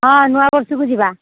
ହଁ ନୂଆ ବର୍ଷକୁ ଯିବା